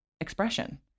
expression